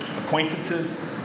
acquaintances